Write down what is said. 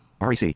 rec